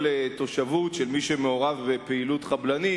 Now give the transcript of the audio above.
תושבות של מי שמעורב בפעילות חבלנית,